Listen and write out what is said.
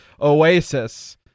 Oasis